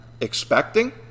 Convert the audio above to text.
expecting